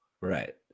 Right